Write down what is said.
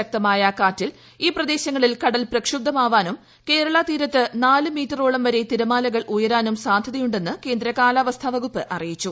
ശക്തമായ കാറ്റിൽ ഈ പ്രദേശങ്ങളിൽ കടൽ പ്രക്ഷുബദ്ധമാവാനും കേരള തീരത്ത് നാല് മീറ്ററോളം വരെ തിരമാലകൾ ഉയരാനും സാധ്യതയുണ്ടെന്ന് കേന്ദ്ര കാലാവസ്ഥ വകുപ്പ് അറിയിച്ചു